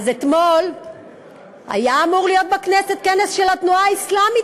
אז אתמול היה אמור להיות בכנסת כנס של התנועה האסלאמית,